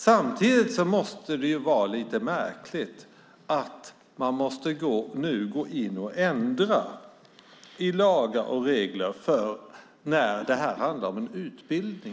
Samtidigt är det lite märkligt att man nu måste gå in och ändra i lagar och regler för